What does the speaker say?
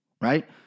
right